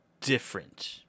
different